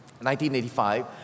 1985